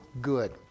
good